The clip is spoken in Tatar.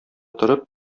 торып